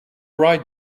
right